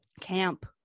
camp